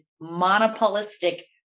monopolistic